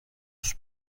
τους